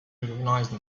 recognized